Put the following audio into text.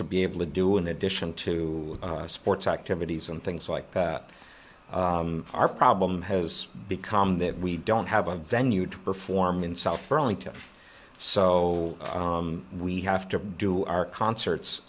to be able to do in addition to sports activities and things like that our problem has become that we don't have a venue to perform in south burlington so we have to do our concerts